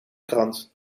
krant